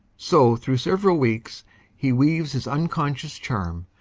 so through several weeks he weaves his unconscious charm,